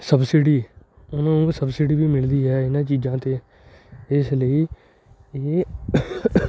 subsidy ਉਹਨੂੰ subsidy ਵੀ ਮਿਲਦੀ ਹੈ ਇਹਨਾਂ ਚੀਜ਼ਾਂ 'ਤੇ ਇਸ ਲਈ ਇਹ